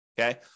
Okay